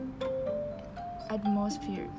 atmosphere